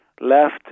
left